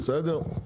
בסדר,